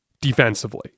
defensively